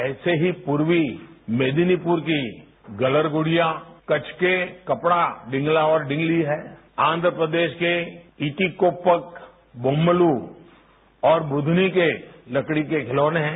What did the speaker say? ऐसे ही पूर्वी मेदिनीपुर की गलर गुडियां कच्छ के कपड़ा डिंगला और डिंगली है आध्रप्रदेश के ईटोकोपक बोम्मोल और बुधनी के लकड़ी के खिलाने हैं